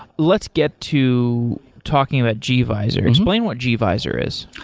let's get to talking about gvisor. explain what gvisor is.